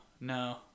No